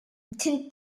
the